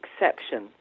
exception